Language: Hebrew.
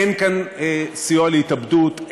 אין כאן סיוע להתאבדות,